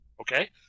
okay